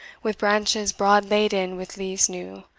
with branches broad laden with leaves new,